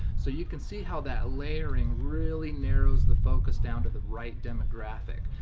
so you can see how that layering really narrows the focus down to the right demographic.